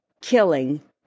killing